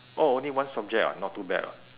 oh only one subject ah not too bad [what]